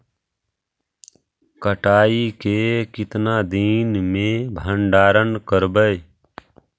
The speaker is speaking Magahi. कटाई के कितना दिन मे भंडारन करबय?